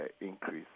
increase